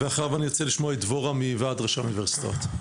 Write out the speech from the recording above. ואחריה ארצה לשמוע את דבורה מרגוליס מוועד ראשי האוניברסיטאות.